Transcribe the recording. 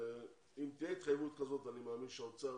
אם תהיה התחייבות כזאת אני מאמין שהאוצר